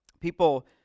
people